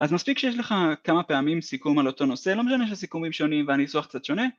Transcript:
אז מספיק שיש לך כמה פעמים סיכום על אותו נושא, לא משנה שיש סיכומים שונים והניסוח קצת שונה